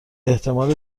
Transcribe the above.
احتمال